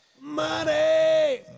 Money